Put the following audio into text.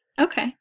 Okay